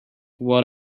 what